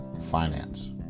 finance